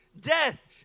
Death